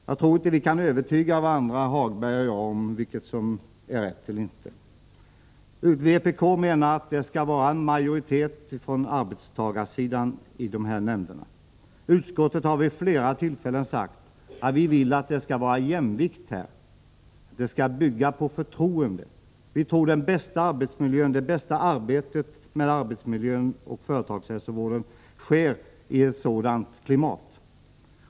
Jag tror inte att vi kan övertyga varandra, herr Hagberg och jag, om vilket som är rätt. Vpk menar att det skall vara en majoritet från arbetstagarsidan i de här nämnderna. Utskottet har vid flera tillfällen sagt att vi vill att det skall vara jämvikt, att verksamheten skall bygga på förtroende. Vi tror att det bästa arbetet med arbetsmiljön och företagshälsovården sker i ett sådant klimat.